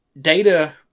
Data